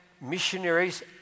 Missionaries